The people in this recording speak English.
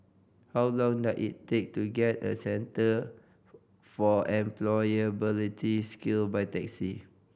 how long does it take to get a Centre for Employability Skill by taxi